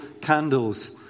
candles